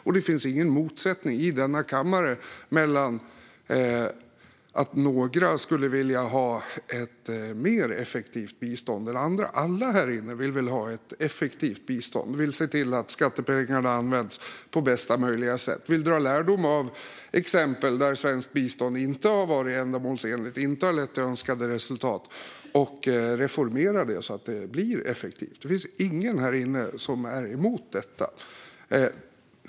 Det finns heller ingen motsättning i denna kammare när det gäller detta; det är inte så att några skulle vilja ha ett mer effektivt bistånd än andra. Alla här inne vill väl ha ett effektivt bistånd och se till att skattepengarna används på bästa möjliga sätt. Alla vill dra lärdom av exempel där svenskt bistånd inte har varit ändamålsenligt och inte har lett till önskade resultat och reformera det så att det blir effektivt. Det finns ingen här inne som är emot detta.